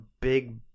big